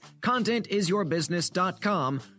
contentisyourbusiness.com